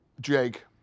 Jake